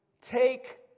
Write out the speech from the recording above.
take